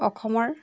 অসমৰ